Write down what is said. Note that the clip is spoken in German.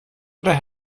oder